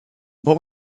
what